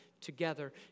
together